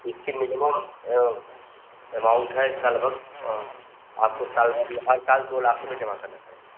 इसकी minimum amount है इसका लगभग आपको साल भर में हर साल दो लाख रुपये जमा करने पड़ेंगे